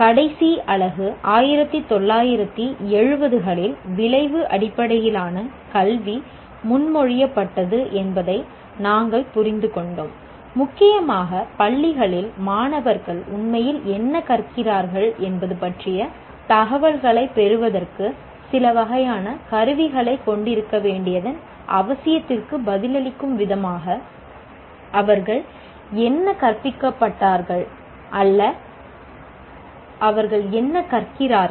கடைசி அலகு 1970 களில் விளைவு அடிப்படையிலான கல்வி முன்மொழியப்பட்டது என்பதை நாங்கள் புரிந்துகொண்டோம் முக்கியமாக பள்ளிகளில் மாணவர்கள் உண்மையில் என்ன கற்கிறார்கள் என்பது பற்றிய தகவல்களைப் பெறுவதற்கு சில வகையான கருவிகளைக் கொண்டிருக்க வேண்டியதன் அவசியத்திற்கு பதிலளிக்கும் விதமாக அவர்கள் என்ன கற்பிக்கப்பட்டார்கள் அல்ல அவர்கள் என்ன கற்கிறார்கள்